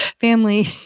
family